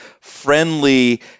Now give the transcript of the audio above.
friendly